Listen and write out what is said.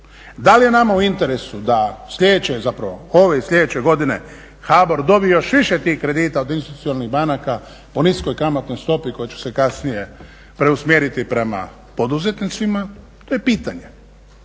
da sljedeće, zapravo ove i sljedeće godine HBOR dobije još više tih kredita od institucionalnih banaka po niskoj kamatnoj stopi koja će se kasnije preusmjeriti prema poduzetnicima, to je pitanje.